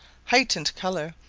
heightened colour,